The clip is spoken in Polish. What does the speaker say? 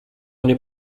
nie